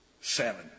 Seven